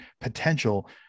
potential